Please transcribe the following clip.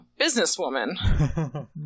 businesswoman